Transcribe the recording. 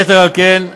יתר על כן,